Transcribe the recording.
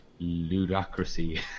ludocracy